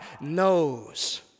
knows